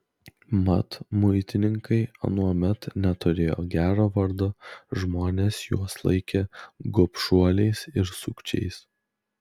mat muitininkai anuomet neturėjo gero vardo žmonės juos laikė gobšuoliais ir sukčiais